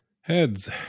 Heads